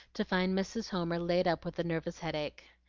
to find mrs. homer laid up with a nervous headache.